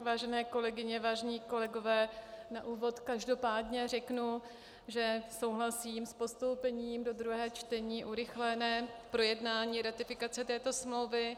Vážené kolegyně, vážení kolegové, na úvod každopádně řeknu, že souhlasím s postoupením do druhého čtení a s urychlením projednání ratifikace této smlouvy.